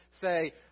say